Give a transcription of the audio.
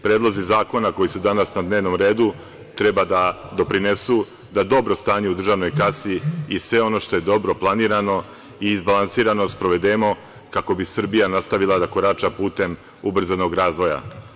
Predlozi zakona koji su danas na dnevnom redu treba da doprinesu da dobro stanje u državnoj kasi i sve ono što je dobro planirano i izbalansirano sprovedemo, kako bi Srbija nastavila da korača putem ubrzanog razvoja.